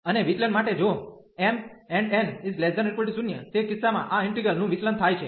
અને વિચલન માટે જો mn≤0 તે કિસ્સામાં આ ઈન્ટિગ્રલ નું વિચલન થાય છે